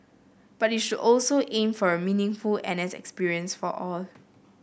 but it should also aim for a meaningful N S experience for all